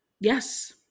Yes